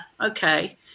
okay